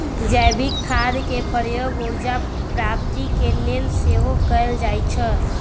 जैविक खाद के प्रयोग ऊर्जा प्राप्ति के लेल सेहो कएल जाइ छइ